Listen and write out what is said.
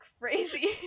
crazy